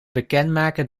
bekendmaken